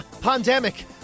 pandemic